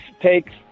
Takes